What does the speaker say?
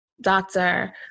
doctor